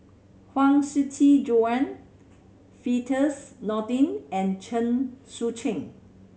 Huang Shiqi Joan Firdaus Nordin and Chen Sucheng